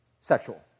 sexual